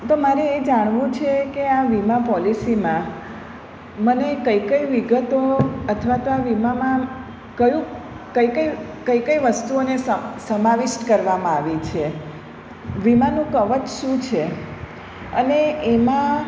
તો મારે એ જાણવું છે કે આ વીમા પોલિસીમાં મને કઈ કઈ વિગતો અથવા તો આ વીમામાં કયું કઈ કઈ કઈ કઈ વસ્તુઓને સમાવિષ્ટ કરવામાં આવી છે વીમાનું કવચ શું છે અને એમાં